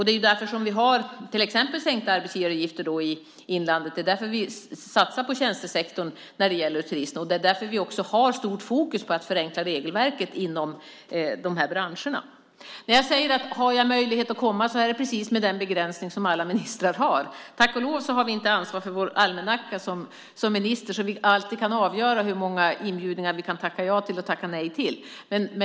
Det är därför som vi till exempel har sänkta arbetsgivaravgifter i inlandet. Det är därför vi satsar på tjänstesektorn när det gäller turisterna. Det är också därför vi har stort fokus på att förenkla regelverket inom de här branscherna. Har jag möjlighet att komma är det precis med den begränsning som alla ministrar har. Tack och lov tar vi inte ansvar för vår almanacka som minister så att vi alltid kan avgöra hur många inbjudningar vi kan tacka ja till och tacka nej till.